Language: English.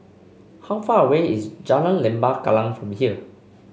how far away is Jalan Lembah Kallang from here